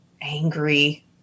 angry